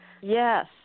Yes